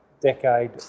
decade